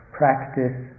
practice